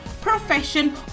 profession